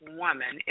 woman